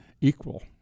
equal